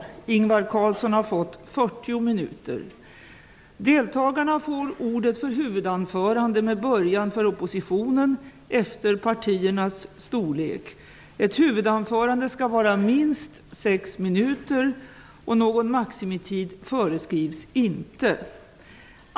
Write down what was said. Ingvar Carlsson har fått 40 minuter. Deltagarna får ordet för huvudanförande med början för oppositionen efter partiernas storlek. Ett huvudanförande skall vara minst 6 minuter, någon maximitid föreskrivs inte.